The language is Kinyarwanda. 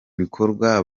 bikorwa